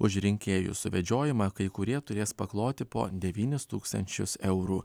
už rinkėjų suvedžiojimą kai kurie turės pakloti po devynis tūkstančius eurų